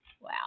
Wow